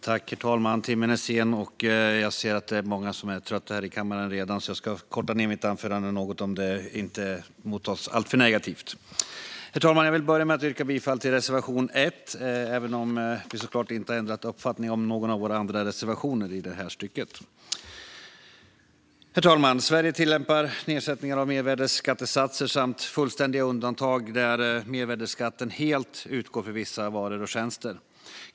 Herr talman! Timmen är sen, och jag ser att det är många som är trötta här i kammaren. Jag ska korta ned mitt anförande något, om det inte tas emot alltför negativt. Jag vill börja med att yrka bifall till reservation 1, även om vi såklart inte har ändrat uppfattning om våra andra reservationer i det här ärendet. Herr talman! Sverige tillämpar nedsättningar av mervärdesskattesatser samt fullständiga undantag där mervärdesskatten helt utgår för vissa varor och tjänster.